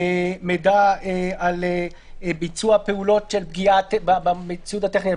מידע על ביצוע פעולות של פגיעה בציוד הטכנולוגי?